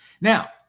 now